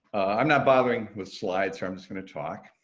i'm not bothering with slides from it's going to talk.